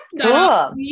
Cool